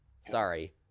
sorry